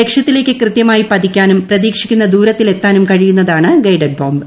ലക്ഷ്യത്തിലേക്ക് കൃതൃമൂയി ് പതിക്കാനും പ്രതീക്ഷിക്കുന്ന ദൂരത്തിൽ എത്താനും കഴിയുന്നതാണ് ഗൈഡഡ്ബോംബ്